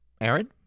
Aaron